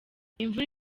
imvura